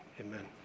Amen